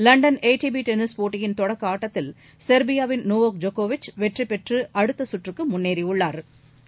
London A T P tennis போட்டியின் தொடக்கஆட்டத்தில் சொ்பியாவின் நோவோக் ஜோகோவிச் வெற்றிபெற்றுஅடுத்தசுற்றுக்குமுன்னேறியுள்ளாா்